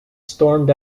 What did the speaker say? stormed